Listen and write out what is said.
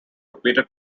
repeated